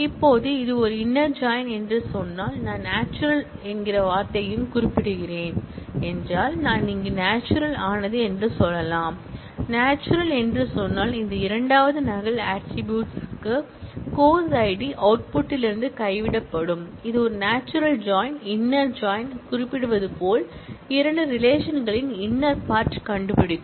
இப்போது இது ஒரு இன்னர் ஜாயின் என்று சொன்னால் நான் நாச்சுரல் என்கிற வார்த்தையையும் குறிப்பிடுகிறேன் என்றால் நான் இங்கு நாச்சுரல் ஆனது என்று சொல்லலாம் நாச்சுரல் என்று சொன்னால் இந்த இரண்டாவது நகல் ஆட்ரிபூட்ஸ் க்கூறு course id அவுட்புட்டில் இருந்து கைவிடப்படும் இது ஒரு நாச்சுரல் ஜாயின் இன்னர் ஜாயின் பெயர் குறிப்பிடுவதுபோல் இரண்டு ரிலேஷன் களின் இன்னர் பார்ட் கண்டுபிடிக்கும்